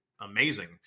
amazing